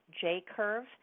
J-Curve